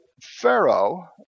Pharaoh